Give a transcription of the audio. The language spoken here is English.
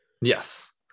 Yes